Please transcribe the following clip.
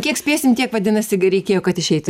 kiek spėsim tiek vadinasi gi reikėjo kad išeitų